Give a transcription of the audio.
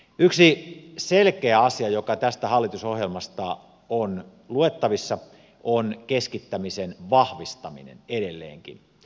yksi selkeä asia joka tästä hallitusohjelmasta on luettavissa on keskittämisen vahvistaminen edelleenkin